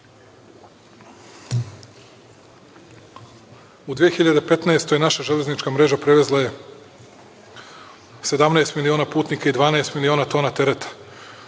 godini naša železnička mreža prevezla je 17 miliona putnika i 12 miliona tona tereta.